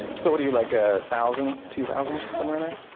so what are you, like, a thousand, two thousand, somewhere in there?